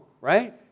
right